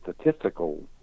statistical